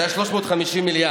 הן היו 350 מיליארד,